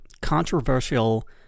controversial